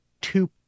two